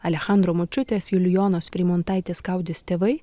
alechandro močiutės julijonos freimontaitės kudis tėvai